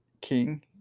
King